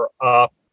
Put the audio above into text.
up